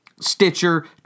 Stitcher